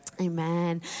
Amen